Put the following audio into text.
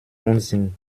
unsinn